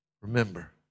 Remember